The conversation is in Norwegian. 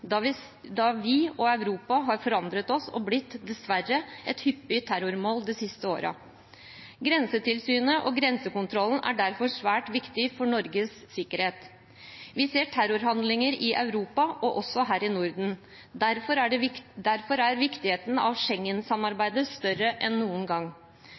da vi – og også Europa – har forandret oss – og dessverre blitt et hyppig terrormål de siste årene. Grensetilsyn og grensekontroll er derfor svært viktig for Norges sikkerhet. Vi ser terrorhandlinger i Europa, også her i Norden. Derfor er viktigheten av Schengen-samarbeidet større enn noen gang.